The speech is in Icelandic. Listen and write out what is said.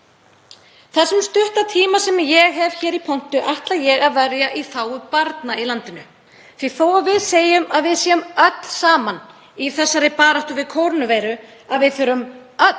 Þessum stutta tíma sem ég hef hér í pontu ætla ég að verja í þágu barna í landinu því þó að við segjum að við séum öll saman í þessari baráttu við kórónuveiru, að við þurfum öll